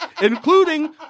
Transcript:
including